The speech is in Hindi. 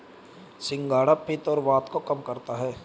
सिंघाड़ा पित्त और वात को कम करता है